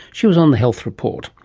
she was on the health report.